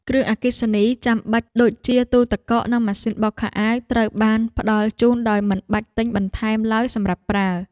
គ្រឿងអគ្គិសនីចាំបាច់ដូចជាទូទឹកកកនិងម៉ាស៊ីនបោកខោអាវត្រូវបានផ្តល់ជូនដោយមិនបាច់ទិញបន្ថែមឡើយសម្រាប់ប្រើ។